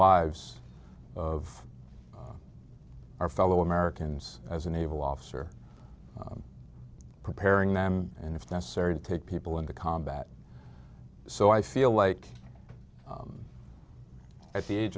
lives of our fellow americans as a naval officer preparing them and if necessary to take people into combat so i feel like at the age